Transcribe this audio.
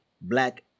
black